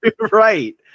right